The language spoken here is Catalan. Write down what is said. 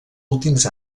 últims